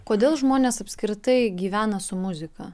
kodėl žmonės apskritai gyvena su muzika